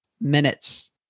minutes